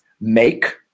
make